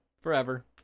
forever